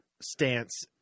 stance